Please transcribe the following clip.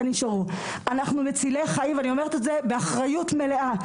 אנחנו מצילי חיים, אני אומרת את זה באחריות מלאה.